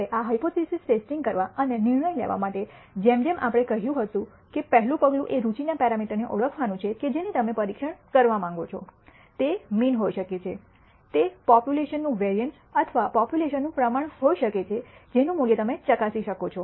હવે આ hypothesis testing કરવા અને નિર્ણય લેવા માટે જેમ જેમ આપણે કહ્યું હતું કે પહેલું પગલું એ રુચિના પેરામીટરને ઓળખવાનું છે કે જેને તમે પરીક્ષણ કરવા માંગો છો તે મીન હોઈ શકે છે તે પોપ્યુલેશનનું વેરિઅન્સ અથવા પોપ્યુલેશનનું પ્રમાણ હોઈ શકે છે જેનું તમે મૂલ્ય ચકાસી શકો છો